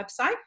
website